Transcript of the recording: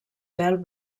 pèl